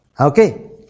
Okay